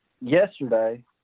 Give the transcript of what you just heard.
yesterday